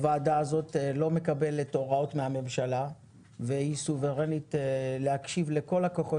הוועדה הזאת לא מקבלת הוראות מהממשלה והיא סוברנית להקשיב לכל הכוחות